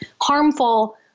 harmful